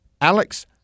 Alex